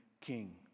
king